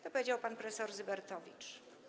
To powiedział pan prof. Zybertowicz.